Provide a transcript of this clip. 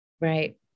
Right